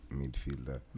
midfielder